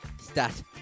stat